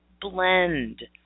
blend